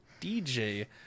DJ